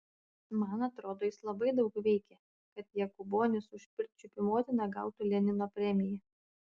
man atrodo jis labai daug veikė kad jokūbonis už pirčiupių motiną gautų lenino premiją